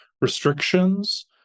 restrictions